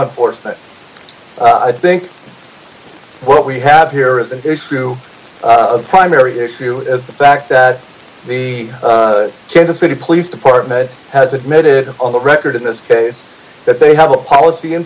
enforcement i think what we have here is the true primary issue is the fact that the kansas city police department has admitted on the record in this case that they have a policy in